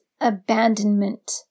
abandonment